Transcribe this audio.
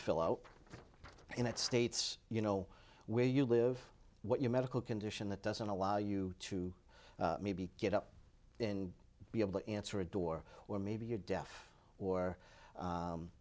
fill out and it states you know where you live what your medical condition that doesn't allow you to maybe get up in be able to answer a door or maybe you're deaf or